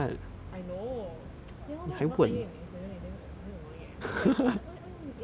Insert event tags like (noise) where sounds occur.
I know (noise) ya lor now I cannot tag you in your instagram you damn you damn annoying eh why why why why why you wanna disable